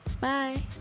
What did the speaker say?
bye